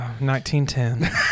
1910